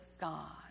God